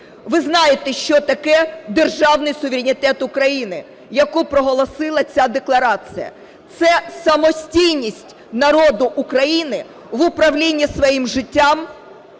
Ви знаєте, що таке державний суверенітет України, який проголосила ця декларація. Це самостійність народу України в управлінні своїм життям.